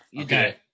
Okay